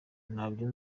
ntabyo